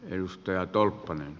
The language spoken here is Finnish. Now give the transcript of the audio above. arvoisa puhemies